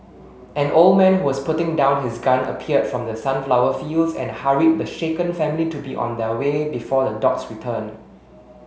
an old man who was putting down his gun appeared from the sunflower fields and hurried the shaken family to be on their way before the dogs return